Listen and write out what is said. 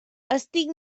estic